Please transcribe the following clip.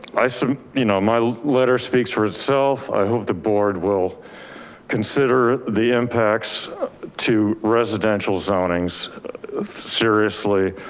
i, so you know my letter speaks for itself. i hope the board will consider the impacts to residential zonings seriously,